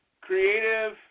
creative